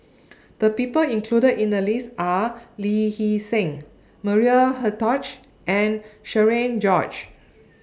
The People included in The list Are Lee Hee Seng Maria Hertogh and Cherian George